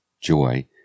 joy